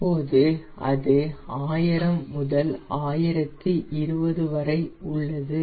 இப்போது அது 1000 1020 வரை உள்ளது